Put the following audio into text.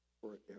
forever